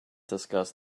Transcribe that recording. discuss